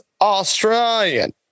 Australian